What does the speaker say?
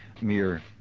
mere